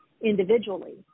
individually